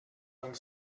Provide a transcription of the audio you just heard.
one